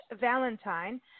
Valentine